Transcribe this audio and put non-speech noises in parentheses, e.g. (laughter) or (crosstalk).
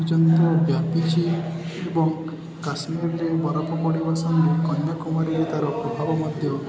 ପର୍ଯ୍ୟନ୍ତ ବ୍ୟାପିଛି ଏବଂ (unintelligible) କାଶ୍ମୀରରେ ବରଫ ପଡ଼ିବା ସାଙ୍ଗ କନ୍ୟାକୁମାରୀରେ ତାର ପ୍ରଭାବ ମଧ୍ୟ